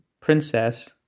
princess